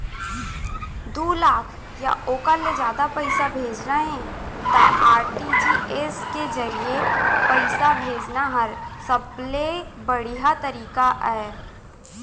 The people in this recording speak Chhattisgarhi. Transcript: दू लाख या ओकर ले जादा पइसा भेजना हे त आर.टी.जी.एस के जरिए पइसा भेजना हर सबले बड़िहा तरीका अय